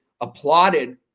applauded